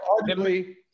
arguably